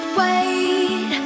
wait